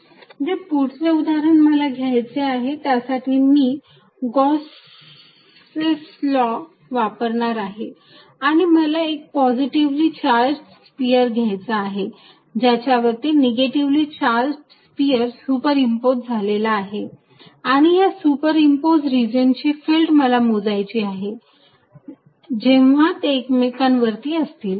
r rr rr r5 pr r3 जे पुढचे उदाहरण मला घ्यायचे आहे त्यासाठी मी गॉस लॉ वापरणार आहे आणि मला एक पॉझिटिव्हली चार्जड स्पियर घ्यायचा आहे ज्याच्यावरती निगेटिव्हली चार्जड स्पियर सुपरइम्पोझ झालेला आहे आणि या सुपरइम्पोझ रीजनची फिल्ड मला मोजायची आहे जेव्हा ते एकमेकांना वरती असतील